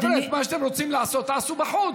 חבר'ה, את מה שאתם רוצים לעשות תעשו בחוץ.